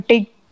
Take